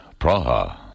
Praha